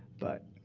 but